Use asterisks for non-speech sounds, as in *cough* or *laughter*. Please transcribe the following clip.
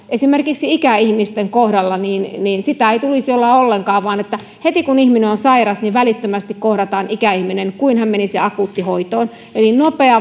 esimerkiksi ikäihmisten kohdalla hoitotakuuta ei tulisi olla ollenkaan vaan heti kun ihminen on sairas niin välittömästi kohdataan ikäihminen kuin hän menisi akuuttihoitoon eli nopea *unintelligible*